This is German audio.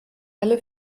alle